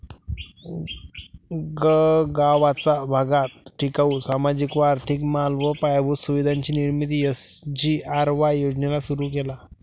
गगावाचा भागात टिकाऊ, सामाजिक व आर्थिक माल व पायाभूत सुविधांची निर्मिती एस.जी.आर.वाय योजनेला सुरु केला